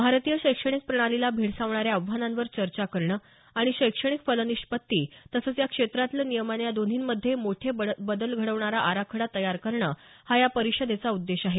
भारतीय शैक्षणिक प्रणालीला भेडसावणाऱ्या आव्हानांवर चर्चा करणं आणि शैक्षणिक फलनिष्पत्ती तसंच या क्षेत्रातलं नियमन या दोन्हींमध्ये मोठे बदल घडवीण आराखडा तयार करणं हा या परिषदेचा उद्देश आहे